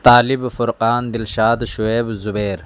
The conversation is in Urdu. طالب فرقان دلشاد شعیب زبیر